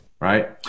right